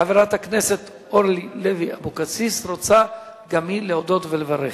חברת הכנסת אורלי לוי אבקסיס רוצה גם היא להודות ולברך.